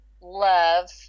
love